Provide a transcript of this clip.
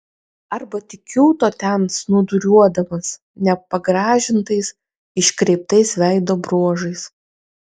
arba tik kiūto ten snūduriuodamas nepagražintais iškreiptais veido bruožais